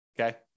Okay